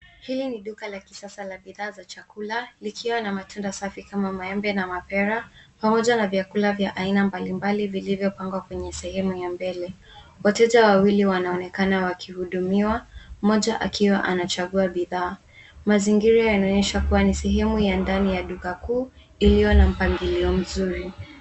Hili ni duka la kisasa la bidhaa za chakula. Likiwa na matunda safi kama maembe na mapera pamoja na vyakula vya aina mbalimbali vilivyopangwa kwenye sehemu ya mbele. Wateja wawili wanaonekana wakihudumiwa mmoja akiwa anachagua bidhaa. Mazingira yanaonyesha kuwa ni sehemu ya ndani ya duka kuu ilio na mpangilio mzuri.